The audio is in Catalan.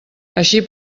així